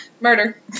Murder